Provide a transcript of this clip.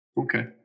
Okay